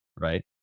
right